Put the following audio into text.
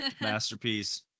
Masterpiece